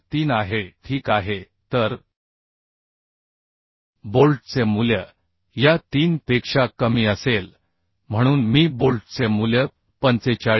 3 आहे ठीक आहे तर बोल्टचे मूल्य या 3 पेक्षा कमी असेल म्हणून मी बोल्टचे मूल्य 45